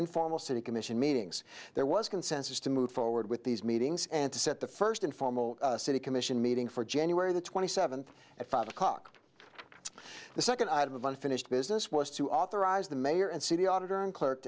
informal city commission meetings there was consensus to move forward with these meetings and to set the first informal city commission meeting for january the twenty seventh at five o'clock the second item of unfinished business was to authorize the mayor and city auditor and clerk